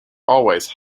always